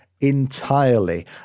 entirely